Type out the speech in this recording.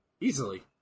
Easily